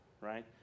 right